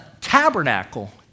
tabernacle